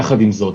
יחד עם זאת,